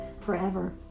forever